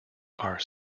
are